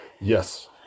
yes